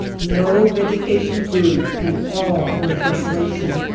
no vegetation grew and all was desolation.